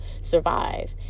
survive